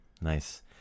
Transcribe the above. Nice